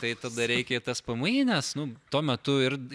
tai tada reikia į tspmi nes nu tuo metu ir